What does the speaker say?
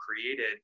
created